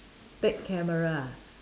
take camera ah